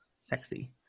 sexy